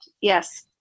Yes